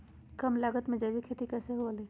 कम लागत में जैविक खेती कैसे हुआ लाई?